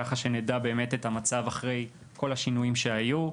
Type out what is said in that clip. כך שנדע באמת את המצב אחרי כל השינויים שהיו.